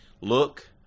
Look